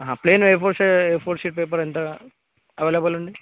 plain A four size A four sheet paper ఎంత ఎంత available ఉంది